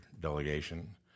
delegation